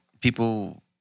people